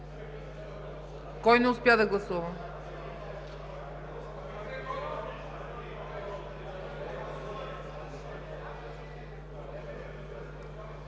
Кой не успя да гласува?